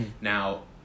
Now